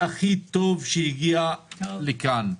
-- שהגיע לכאן.